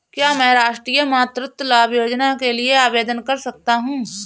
क्या मैं राष्ट्रीय मातृत्व लाभ योजना के लिए आवेदन कर सकता हूँ?